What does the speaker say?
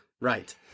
Right